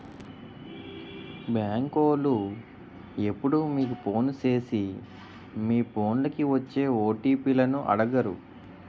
బేంకోలు ఎప్పుడూ మీకు ఫోను సేసి మీ ఫోన్లకి వచ్చే ఓ.టి.పి లను అడగరు